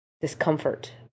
discomfort